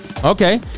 Okay